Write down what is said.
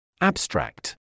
Abstract